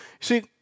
see